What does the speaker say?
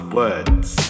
words